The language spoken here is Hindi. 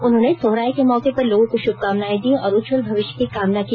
उन्होंने सोहराय के मौके पर लोगों को शुभकामनाएं दी और उज्जवल भविष्य की कामना की